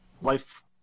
life